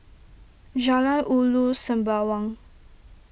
Jalan Ulu Sembawang